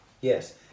Yes